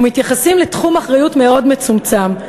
ומתייחסים לתחום אחריות מאוד מצומצם.